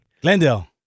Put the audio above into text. Glendale